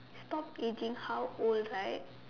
stop aging how old right